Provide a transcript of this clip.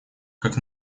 как